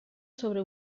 sobre